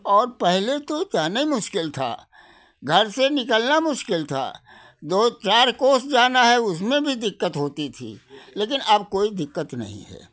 और पहले तो जानना मुश्किल था घर से निकलना मुश्किल था दो चार कोस जाना है उसमें भी दिक्कत होती थी लेकिन अब कोई दिक्कत नहीं है